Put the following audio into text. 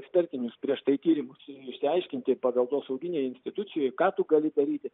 ekspertinius prieš tai tyrimus išsiaiškinti paveldosauginėj institucijoj ką tu gali daryti